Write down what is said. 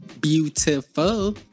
Beautiful